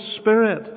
Spirit